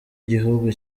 gihugu